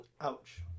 Ouch